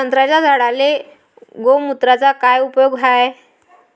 संत्र्याच्या झाडांले गोमूत्राचा काय उपयोग हाये?